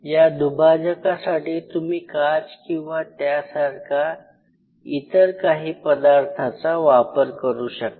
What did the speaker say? या दुभाजकासाठी तुम्ही काच किंवा त्यासारख्या इतर काही पदार्थाचा वापरू शकता